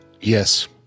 Yes